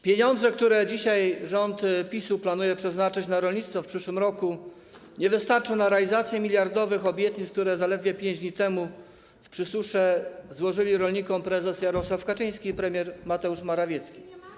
Pieniądze, które dzisiaj rząd PiS-u planuje przeznaczyć na rolnictwo w przyszłym roku, nie wystarczą na realizację miliardowych obietnic, które zaledwie 5 dni temu w Przysusze złożyli rolnikom prezes Jarosław Kaczyński i premier Mateusz Morawiecki.